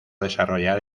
desarrollar